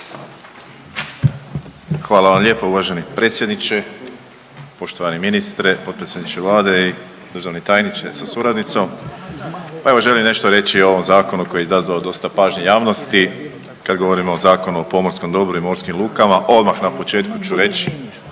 Hvala vam lijepo uvaženi predsjedniče. Poštovani ministre potpredsjedniče Vlade i državni tajniče sa suradnicom, pa evo želim nešto reći o ovom zakonu koji je izazvao dosta pažnje javnosti. Kad govorimo o Zakonu o pomorskom dobru i morskim lukama odmah na početku ću reći,